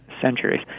centuries